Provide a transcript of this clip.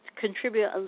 contribute